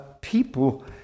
People